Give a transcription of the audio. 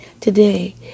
Today